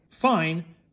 fine